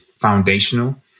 foundational